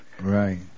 Right